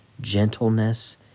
gentleness